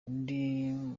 undi